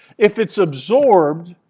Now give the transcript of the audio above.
if it's absorbed,